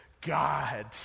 God